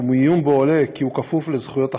ומעיון בו עולה כי הוא כפוף לזכויות החכירה.